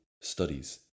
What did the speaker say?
studies